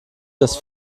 dass